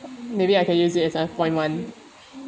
maybe I can use it as a point one